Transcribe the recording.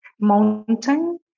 mountain